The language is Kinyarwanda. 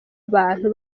abantu